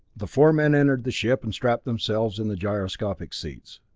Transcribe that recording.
the four men entered the ship and strapped themselves in the gyroscopic seats.